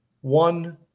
One